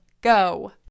go